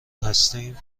هستیم